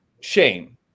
shame